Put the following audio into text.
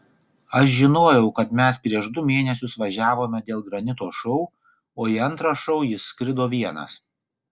aš žinojau kad mes prieš du mėnesius važiavome dėl granito šou o į antrą šou jis skrido vienas